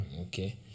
Okay